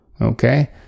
Okay